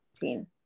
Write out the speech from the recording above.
team